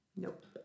Nope